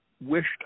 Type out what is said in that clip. wished